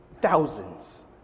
Thousands